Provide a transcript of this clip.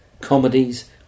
Comedies